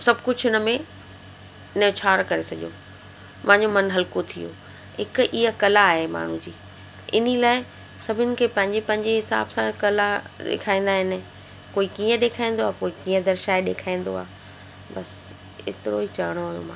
सभु कुझु हिन में न्योछावर करे छॾियो मांजो मनु हलको थी वियो हिक इअं कला आहे माण्हू जी इन्हीअ लाइ सभिनी खे पंहिंजे पंहिंजे हिसाब सां कला ॾेखारींदा आहिनि कोई कीअं ॾेखारींदो आहे कोई कीअं दर्शाए ॾेखारींदो आहे बसि एतिरो ई चविणो हुओ मांखे